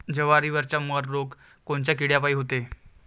जवारीवरचा मर रोग कोनच्या किड्यापायी होते?